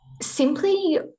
simply